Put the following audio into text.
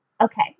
okay